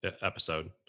episode